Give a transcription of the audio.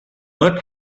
bird